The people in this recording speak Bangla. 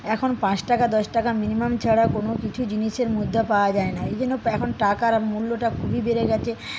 এখন পাঁচ টাকা দশ টাকা মিনিমাম ছাড়া কোন কিছু জিনিসের মধ্যে পাওয়া যায় না এই জন্য এখন টাকার মূল্যটা খুবই বেড়ে গেছে